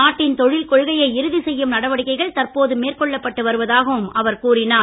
நாட்டின் தொழில் கொள்கையை இறுதி செய்யும் நடவடிக்கைகள் தற்போது மேற்கொள்ளப்பட்டு வருவதாகவும் அவர் கூறினார்